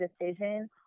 decision